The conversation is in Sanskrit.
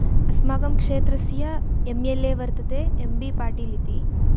अस्माकं क्षेत्रस्य एम् एल् ए वर्तते एम् बी पाटिल् इति